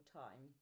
time